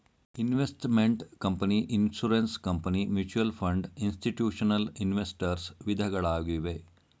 investment company, insurance company, mutual fund, institutional investors ವಿಧಗಳಾಗಿವೆ